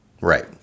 Right